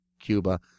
Cuba